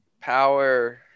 power